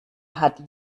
hat